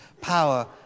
power